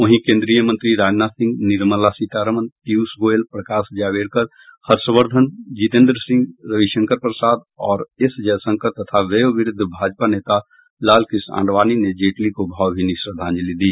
वहीं केन्द्रीय मंत्री राजनाथ सिंह निर्मला सीतारमन पीयूष गोयल प्रकाश जावड़ेकर हर्ष वर्द्धन जितेन्द्र सिंह रविशंकर प्रसाद और एस जयशंकर तथा वयोवुद्ध भाजपा नेता लाल कृष्ण आडवाणी ने जेटली को भावमीनी श्रद्धांजलि दी